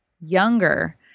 younger